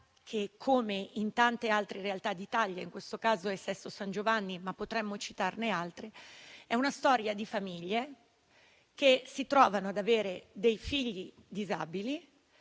che, come in tante altre realtà d'Italia - in questo caso a Sesto San Giovanni, ma potremmo citarne altre - riguarda delle famiglie che si trovano ad avere dei figli disabili